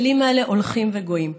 הכלים האלה הולכים וגואים,